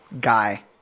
Guy